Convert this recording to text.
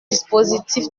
dispositif